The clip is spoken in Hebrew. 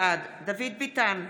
בעד דוד ביטן,